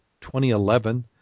2011